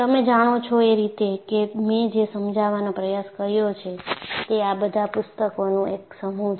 તમે જાણો છો એ રીતે કે મેં જે સમજવાનો પ્રયાસ કર્યો છે તે આ બધા પુસ્તકોનું એક સમૂહ છે